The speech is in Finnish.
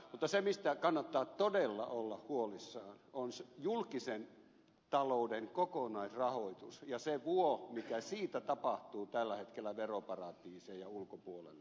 mutta se mistä kannattaa todella olla huolissaan on julkisen talouden kokonaisrahoitus ja se vuo mikä siitä tapahtuu tällä hetkellä veroparatiiseihin ja ulkopuolelle